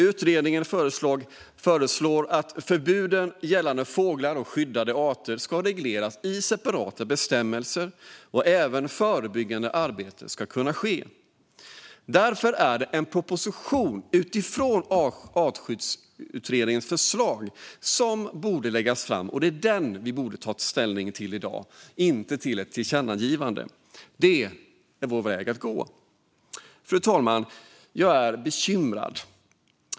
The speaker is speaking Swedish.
Utredningen föreslår att förbuden gällande fåglar och skyddade arter ska regleras i separata bestämmelser. Även förbyggande arbete ska kunna ske. Därför är det en proposition utifrån Artskyddsutredningens förslag som borde läggas fram. Det är den vi borde ha tagit ställning till i dag, inte ett tillkännagivande. Det är vår väg att gå. Fru talman! Jag är bekymrad.